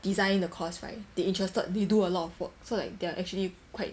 design the course right they interested they do a lot of work so like they are actually quite